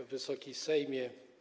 Wysoki Sejmie!